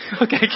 okay